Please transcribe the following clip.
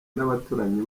n’abaturanyi